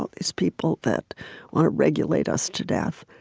ah these people that want to regulate us to death.